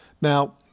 Now